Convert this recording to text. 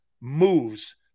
moves